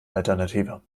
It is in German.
alternative